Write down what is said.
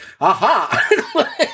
aha